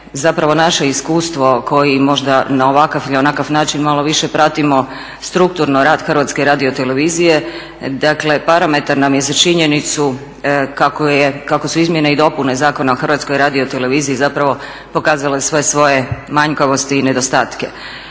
zapravo naše iskustvo koji možda na ovakav ili onakav način malo više pratimo strukturno rad Hrvatske radiotelevizije dakle parametar nam je za činjenicu kako su Izmjene i dopune Zakona o Hrvatskoj radioteleviziji zapravo pokazale sve svoje manjkavosti i nedostatke.